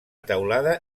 teulada